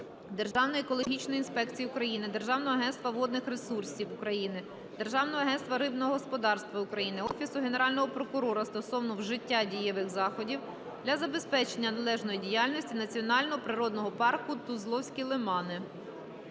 Державної екологічної інспекції України, Державного агентства водних ресурсів України, Державного агентства рибного господарства України, Офісу Генерального прокурора стосовно вжиття дієвих заходів для забезпечення належної діяльності Національного природного парку "Тузловські лимани".